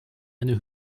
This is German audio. eine